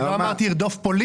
לא אמרתי שארדוף פוליטית.